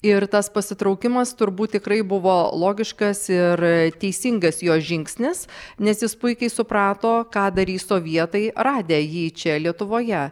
ir tas pasitraukimas turbūt tikrai buvo logiškas ir teisingas jo žingsnis nes jis puikiai suprato ką darys sovietai radę jį čia lietuvoje